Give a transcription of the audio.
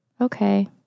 Okay